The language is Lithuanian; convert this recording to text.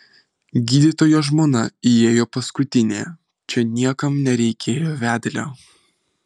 gydytojo žmona įėjo paskutinė čia niekam nereikėjo vedlio